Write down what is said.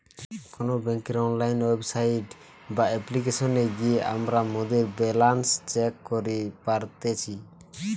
কোনো বেংকের online website বা অপ্লিকেশনে গিয়ে আমরা মোদের ব্যালান্স চেক করি পারতেছি